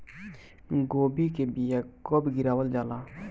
गोभी के बीया कब गिरावल जाला?